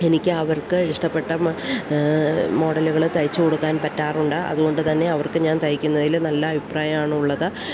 എനിക്ക് അവർക്ക് ഇഷ്ടപ്പെട്ട മോഡലുകൾ തയ്ച്ചു കൊടുക്കാൻ പറ്റാറുണ്ട് അതുകൊണ്ടുതന്നെ അവർക്ക് ഞാൻ തയ്ക്കുന്നതിൽ നല്ല അഭിപ്രായമാണുള്ളത്